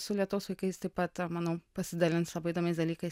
su lietaus vaikais taip pat manau pasidalins labai įdomiais dalykais